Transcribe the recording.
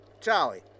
Charlie